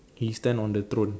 he stand on the throne